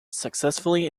successfully